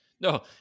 no